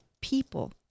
people